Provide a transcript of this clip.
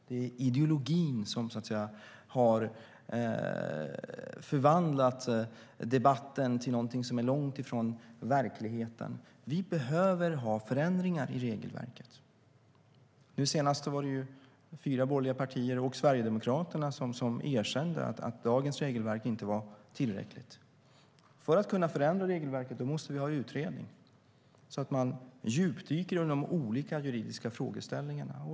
Det är ideologin som har förvandlat debatten till någonting som är långt ifrån verkligheten. Vi behöver ha förändringar i regelverket. Nu senast var det fyra borgerliga partier och Sverigedemokraterna som erkände att dagens regelverk inte var tillräckligt. För att kunna förändra regelverket måste vi ha en utredning, så att man djupdyker inom de olika juridiska frågeställningarna.